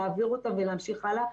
להעביר אותה ולהמשיך הלאה,